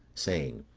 saying,